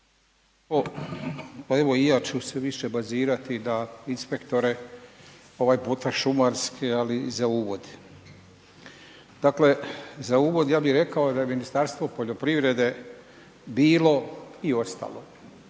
Pa evo i ja ću se više bazirati na inspektore, ovaj put šumarske ali za uvod. Dakle za uvod ja bi rekao da je Ministarstvo poljoprivrede bilo i ostalo